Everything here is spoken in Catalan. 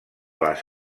les